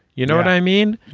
you know what i mean.